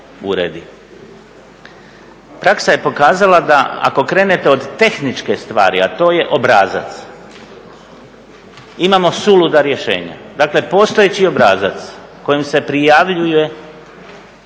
uredi. Praksa je pokazala da ako krenete od tehničke stvari, a to je obrazac, imamo suluda rješenja. Dakle, postojeći obrazac kojim se prijavljuje